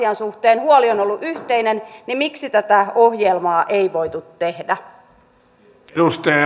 asian suhteen huoli on ollut yhteinen niin miksi tätä ohjelmaa ei voitu tehdä arvoisa